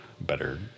better